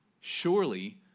surely